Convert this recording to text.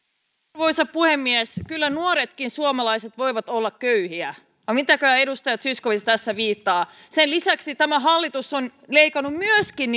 arvoisa puhemies kyllä nuoretkin suomalaiset voivat olla köyhiä vai mihinköhän edustaja zyskowicz tässä viittaa sen lisäksi tämä hallitus on leikannut myöskin